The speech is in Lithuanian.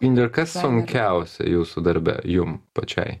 indre kas sunkiausia jūsų darbe jum pačiai